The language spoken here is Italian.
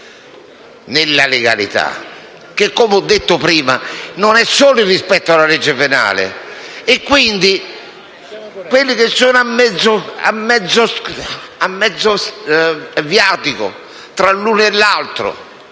nella legalità, la quale - come ho detto prima - non è solo il rispetto della legge penale. Penso a quelli che sono a mezzo viatico tra l'uno e l'altro,